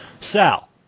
Sal